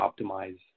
optimize